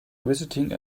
visiting